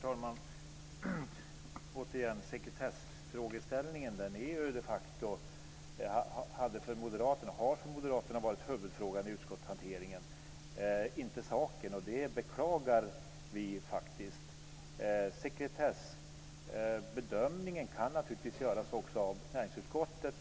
Herr talman! Sekretessfrågeställningen, och inte saken, har de facto varit huvudfrågan i utskottshanteringen för Moderaterna. Det beklagar vi. Sekretessbedömningen kan naturligtvis göras också av näringsutskottet.